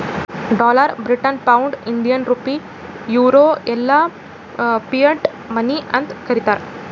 dollar, British pound, Indian rupee, euro ಎಲ್ಲಾ fiat money ಅಂತ್ ಕರೀತಾರ